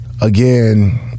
again